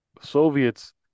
Soviets